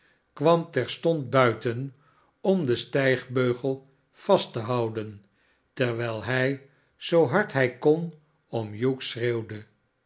kwam terstond buiten om den stijgbeugel vast te houden terwijl hij zoo hard hij kon om hugh schreeuwde